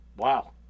Wow